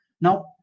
now